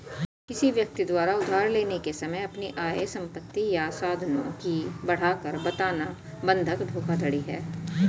किसी व्यक्ति द्वारा उधार लेने के समय अपनी आय, संपत्ति या साधनों की बढ़ाकर बताना बंधक धोखाधड़ी है